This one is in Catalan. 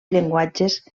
llenguatges